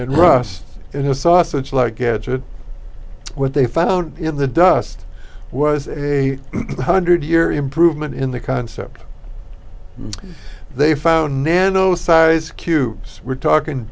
a sausage like gadget what they found in the dust was a one hundred year improvement in the concept they found nano size cubes we're talking